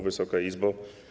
Wysoka Izbo!